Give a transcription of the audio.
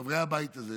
חברי הבית הזה,